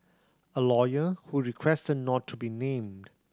a lawyer who requested not to be named